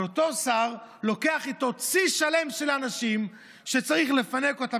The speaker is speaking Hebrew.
אבל אותו שר לוקח איתו צי שלם של אנשים שצריך לפנק אותם,